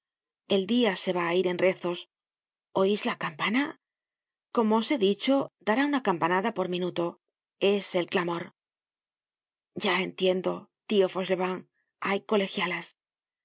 el dia se va á ir en rezos oís la campana como os he dicho dará una campanada por minuto es el clamor ya entiendo tio fauchelevent hay colegialas